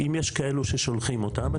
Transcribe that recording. אם יש כאלו ששולחים אותם,